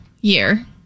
year